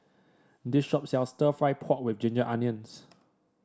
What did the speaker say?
this shop sells stir fry pork with Ginger Onions